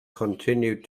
continued